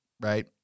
right